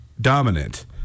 dominant